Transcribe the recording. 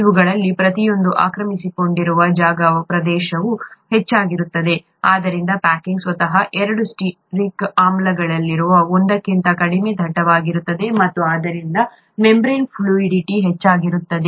ಇವುಗಳಲ್ಲಿ ಪ್ರತಿಯೊಂದೂ ಆಕ್ರಮಿಸಿಕೊಂಡಿರುವ ಜಾಗದ ಪ್ರದೇಶವು ಹೆಚ್ಚಾಗಿರುತ್ತದೆ ಆದ್ದರಿಂದ ಪ್ಯಾಕಿಂಗ್ ಸ್ವತಃ ಎರಡೂ ಸ್ಟಿಯರಿಕ್ ಆಮ್ಲಗಳಿರುವ ಒಂದಕ್ಕಿಂತ ಕಡಿಮೆ ದಟ್ಟವಾಗಿರುತ್ತದೆ ಮತ್ತು ಆದ್ದರಿಂದ ಮೆಂಬರೇನ್ ಫ್ಲೂಯಿಡಿಟಿ'membrane fluidity' ಹೆಚ್ಚಾಗಿರುತ್ತದೆ